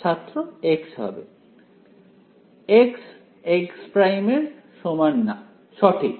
ছাত্র x হবে x ≠ x' সঠিক